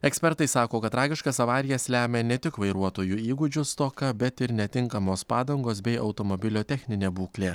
ekspertai sako kad tragiškas avarijas lemia ne tik vairuotojų įgūdžių stoka bet ir netinkamos padangos bei automobilio techninė būklė